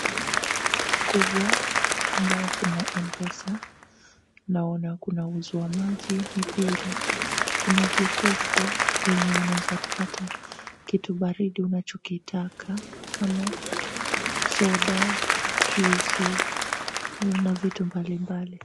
Duka kubwa ambayo kuna M-pesa. Naona kunauzwa maji, mipira, kuna jokofu lenye unaweza pata kitu baridi unachokitaka kama soda, juisi na vitu mbalimbali.